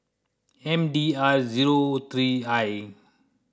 M D R zero three I